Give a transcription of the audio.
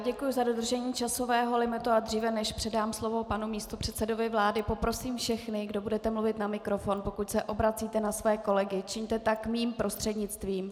Děkuju za dodržení časového limitu, a dříve než předám slovo panu místopředsedovi vlády, poprosím všechny, kdo budete mluvit na mikrofon, pokud se obracíte na své kolegy, čiňte tak mým prostřednictvím.